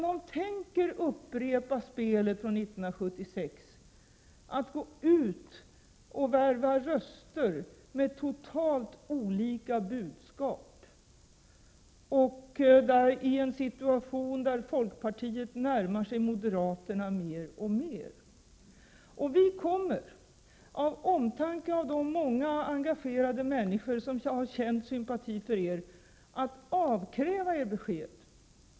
De tänker upprepa spelet från 1976 att gå ut och värva röster med totalt olika budskap — i en situation där folkpartiet närmar sig moderaterna mer och mer. Av omtanke om de många engagerade människor som har känt sympati för er kommer vi att avkräva er besked.